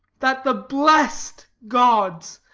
that the bless'd gods,